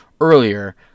earlier